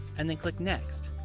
and then click next.